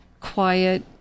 quiet